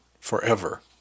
forever